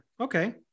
okay